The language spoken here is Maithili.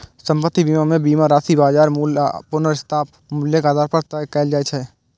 संपत्ति बीमा मे बीमा राशि बाजार मूल्य आ पुनर्स्थापन मूल्यक आधार पर तय कैल जाइ छै